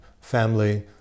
family